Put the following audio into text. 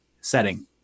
setting